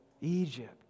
Egypt